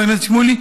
חבר הכנסת שמולי,